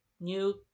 new